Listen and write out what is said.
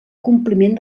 compliment